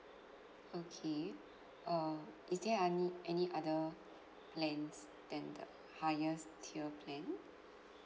okay uh is there any any other plans than the highest tier plan